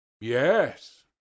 Yes